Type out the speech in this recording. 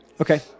Okay